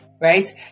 right